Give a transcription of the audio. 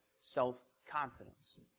self-confidence